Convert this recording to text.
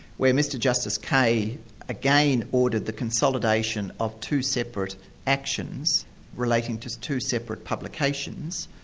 where mr justice kaye again ordered the consolidation of two separate actions relating to two separate publications,